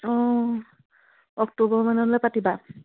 অঁ অক্টোবৰ মানলৈ পাতিবা